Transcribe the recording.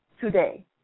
today